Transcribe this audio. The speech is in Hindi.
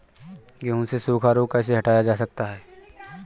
गेहूँ से सूखा रोग कैसे हटाया जा सकता है?